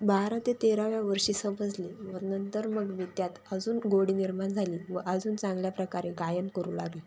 बारा ते तेराव्या वर्षी समजले व नंतर मग मी त्यात अजून गोडी निर्माण झाली व अजून चांगल्या प्रकारे गायन करू लागले